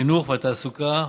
החינוך והתעסוקה.